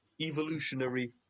evolutionary